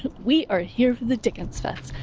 we are here for the dickens fest.